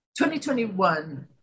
2021